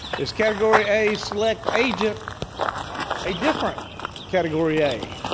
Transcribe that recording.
is category a select agent a different category a?